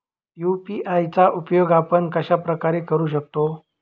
UPI चा उपयोग आपण कशाप्रकारे करु शकतो?